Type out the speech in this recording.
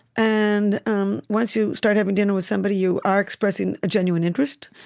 and um once you start having dinner with somebody, you are expressing a genuine interest.